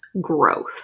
growth